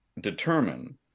determine